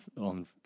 on